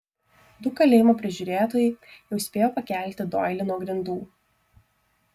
du kalėjimo prižiūrėtojai jau spėjo pakelti doilį nuo grindų